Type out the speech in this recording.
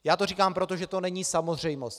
Já to říkám proto, že to není samozřejmost.